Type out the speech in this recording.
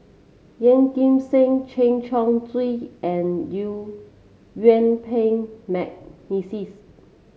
Yeoh Ghim Seng Chen Chong Swee and Yuen Peng McNeice